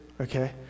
okay